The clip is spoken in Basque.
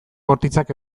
bortitzak